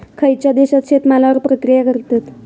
खयच्या देशात शेतमालावर प्रक्रिया करतत?